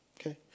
Okay